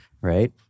right